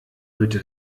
bitte